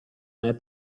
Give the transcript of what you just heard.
nel